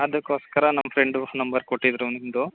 ಅದಕ್ಕೋಸ್ಕರ ನಮ್ಮ friend number ಕೊಟ್ಟಿದ್ದರು ನಿಮ್ಮದು